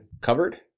covered